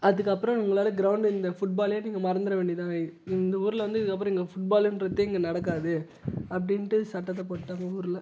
அதுக்கப்புறம் உங்களால் கிரவுண்டு இந்த ஃபுட்பாலே நீங்கள் மறந்துவிட வேண்டியது தான் இந்த ஊரில் வந்து இதுக்கப்புறம் இங்கே ஃபுட்பாலுங்கிறதே இங்கே நடக்காது அப்படின்டு சட்டத்தை போட்டுட்டாங்க ஊரில்